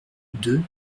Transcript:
deux